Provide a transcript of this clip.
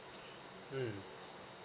mm